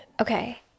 Okay